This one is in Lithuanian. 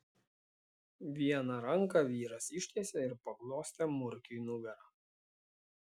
vieną ranką vyras ištiesė ir paglostė murkiui nugarą